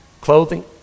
clothing